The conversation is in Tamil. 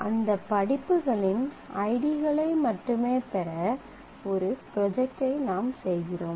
அந்த படிப்புகளின் ஐடிகளை மட்டுமே பெற ஒரு ப்ரொஜக்ட் ஐ நாம் செய்கிறோம்